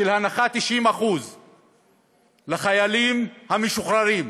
על הנחה של 90% לחיילים משוחררים,